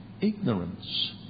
ignorance